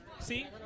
See